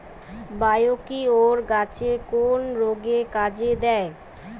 Biocure গাছের কোন রোগে কাজেদেয়?